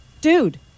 dude